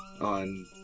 on